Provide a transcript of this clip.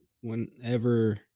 whenever